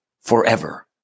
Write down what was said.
forever